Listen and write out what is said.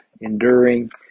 enduring